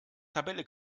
tabelle